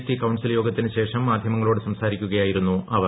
T ക്ട്ട്ൺസിൽ യോഗത്തിനു ശേഷം മാധ്യമങ്ങളോട് സംസാരിക്കുകയായിരുന്നു അവർ